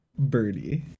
birdie